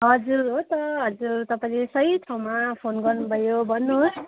हजुर हो त हजुर तपाईँले सही ठाउँमा फोन गर्नुभयो भन्नुहोस्